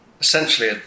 essentially